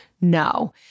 No